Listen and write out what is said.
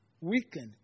weaken